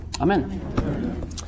amen